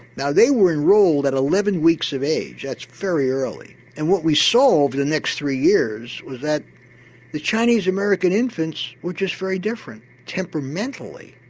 now they were enrolled at eleven weeks of age, that's very early and what we saw over the next three years was that the chinese american infants were just very different temperamentally,